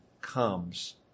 comes